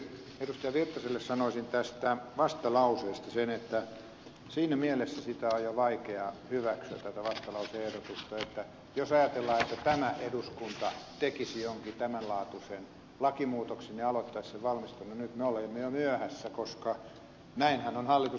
erkki virtaselle sanoisin tästä vastalauseesta sen että siinä mielessä tätä vastalause ehdotusta on vaikea hyväksyä että jos ajatellaan että tämä eduskunta tekisi jonkin tämän laatuisen lakimuutoksen ja aloittaisi sen valmistelun nyt me olemme jo myöhässä koska näinhän on hallitus ilmoittanut